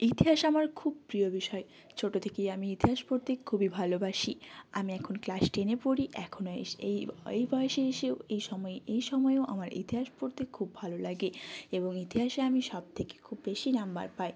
ইতিহাস আমার খুব প্রিয় বিষয় ছোটো থেকেই আমি ইতিহাস পড়তে খুবই ভালোবাসি আমি এখন ক্লাস টেনে পড়ি এখনো এসে এই এই বয়সে এসেও এই সময়ে এই সময়েও আমার ইতিহাস পড়তে খুব ভালো লাগে এবং ইতিহাসে আমি সবথেকে খুব বেশি নাম্বার পাই